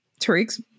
Tariq's